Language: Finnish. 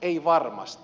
emme varmasti